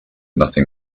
nothing